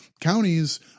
counties